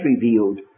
revealed